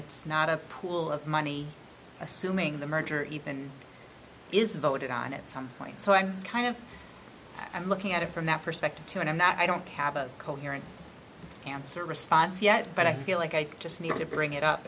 it's not a pool of money assuming the merger even is voted on at some point so i'm kind of i'm looking at it from that perspective too and i'm not i don't have a coherent answer response yet but i feel like i just need to bring it up